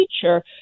teacher